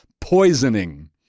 poisoning